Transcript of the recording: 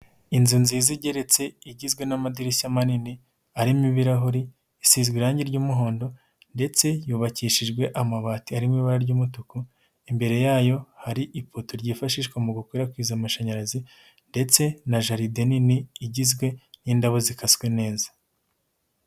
Inzu nziza igeretse igizwe n'amadirishya manini arimo ibirahuri isize irangi ry'umuhondo ndetse yubakishijwe amabati arimo ibara ry'umutuku, imbere yayo hari ipoto ryifashishwa mu gukwirakwiza amashanyarazi, ndetse na jaride nini igizwe n'indabo zikaswe neza